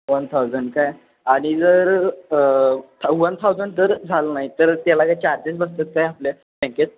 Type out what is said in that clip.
one thousand काय आणि जर था वन थाउजंड जर झालं नाही तर त्याला का चार्जेस बसतात का आपल्या बँकेत